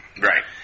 right